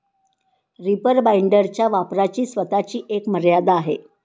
reaper बाइंडरच्या वापराची स्वतःची एक मर्यादा आहे